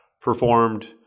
performed